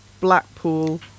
blackpool